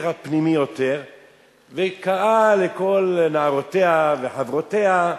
הפנימי יותר וקראה לכל נערותיה וחברותיה,